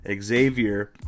Xavier